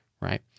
right